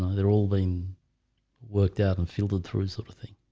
ah they're all been worked out and fielded through sort of thing.